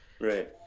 Right